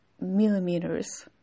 millimeters